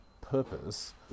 purpose